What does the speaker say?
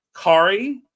Kari